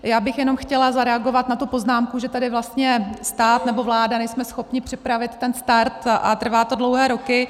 Já bych jenom chtěla zareagovat na tu poznámku, že tady vlastně stát, nebo vláda, nejsme schopni připravit ten start a trvá to dlouhé roky.